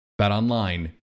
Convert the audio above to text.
BetOnline